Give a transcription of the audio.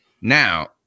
Now